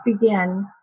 begin